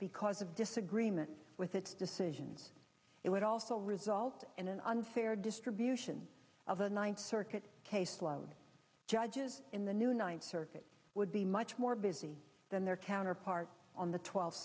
because of disagreement with its decisions it would also result in an unfair distribution of a ninth circuit case load judges in the new ninth circuit would be much more busy than their counterparts on the twelfth